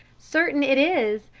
certain it is,